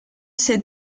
ese